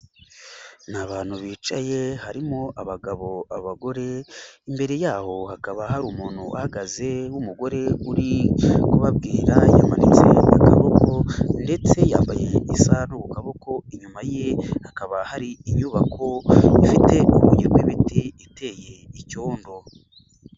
Ni abantu bicaye harimo abagabo, abagore imbere yaho hakaba hari umuntu uhagaze nk'umugore uri kubabwira yamanitse akaboko ndetse yambaye isaha no ku kaboko, inyuma ye hakaba hari inyubako ifite urugi rw'ibiti iteye icyondo.